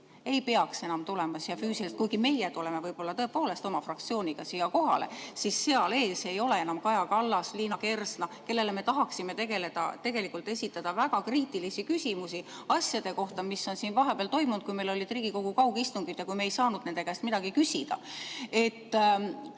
ei peaks enam tulema siia füüsiliselt. Kuigi meie tuleme võib-olla tõepoolest oma fraktsiooniga siia kohale, siis seal ees ei ole enam Kaja Kallas või Liina Kersna, kellele me tahaksime tegelikult esitada väga kriitilisi küsimusi asjade kohta, mis on vahepeal toimunud, kui meil olid Riigikogu kaugistungid ja kui me ei saanud nende käest midagi küsida.